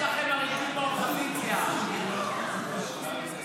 איפה הנמר מעין גדי?